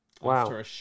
Wow